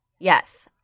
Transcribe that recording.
yes